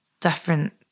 different